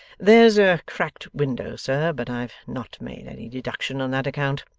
there's a cracked window sir, but i've not made any deduction on that account.